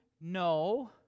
No